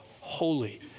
Holy